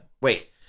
Wait